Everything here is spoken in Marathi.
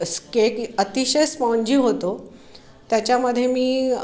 स्केक अतिशय स्पाँजी होतो त्याच्यामध्ये मी